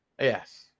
Yes